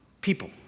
people